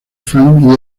frank